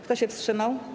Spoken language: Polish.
Kto się wstrzymał?